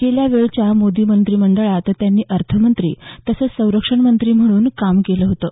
गेल्या वेळच्या मोदी मंत्रीमंडळात त्यांनी अर्थमंत्री तसंच संरक्षण मंत्री म्हणून काम केलं होतं